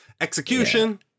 Execution